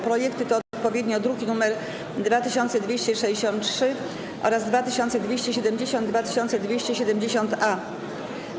Projekty to odpowiednio druki nr 2263 oraz 2270 i 2270-A.